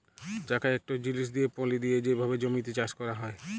চাকা ইকট জিলিস দিঁয়ে পলি দিঁয়ে যে ভাবে জমিতে চাষ ক্যরা হয়